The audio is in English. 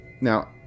now